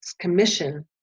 commission